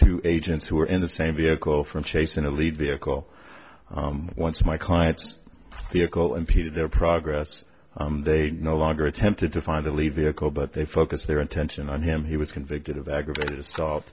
two agents who are in the same vehicle from chasing a lead vehicle once my client's vehicle impeded their progress they no longer attempted to find the lead vehicle but they focus their attention on him he was convicted of aggravated assault